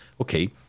okay